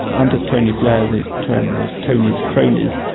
under tony blair the term was tony's cronies,